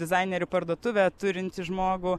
dizainerių parduotuvę turintį žmogų